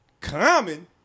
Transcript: common